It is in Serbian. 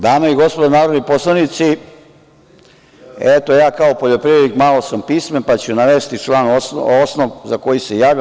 Dame i gospodo narodni poslanici, eto, ja kao poljoprivrednik malo sam pismen, pa ću navesti član, osnov za koji se javljam.